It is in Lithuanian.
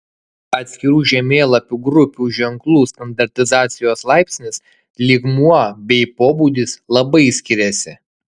atskirų žemėlapių grupių ženklų standartizacijos laipsnis lygmuo bei pobūdis labai skiriasi